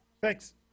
Thanks